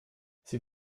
sie